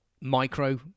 micro